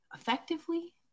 effectively